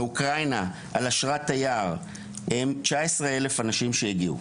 מאוקראינה על אשרת תייר הגיעו 19,000 אנשים.